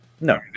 No